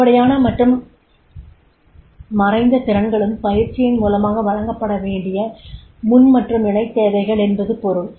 வெளிப்படையான மற்றும் மறைந்த திறன்களும் பயிற்சின் மூலமாக வழங்கப்பட வேண்டிய முன் மற்றும் இணைத் தேவைகள் என்பது பொருள்